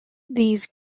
these